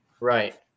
Right